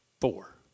Four